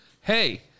hey –